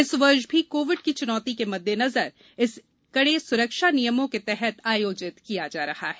इस वर्ष भी कोविड की चुनौती के मद्देनजर इसे कडे सुरक्षा नियमों के तहत आयोजित किया जा रहा है